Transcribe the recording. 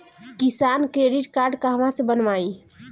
किसान credit card कहवा से बनवाई?